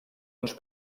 uns